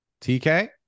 tk